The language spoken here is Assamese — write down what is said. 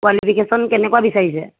কোৱালিফিকেচেন কেনেকুৱা বিচাৰিছে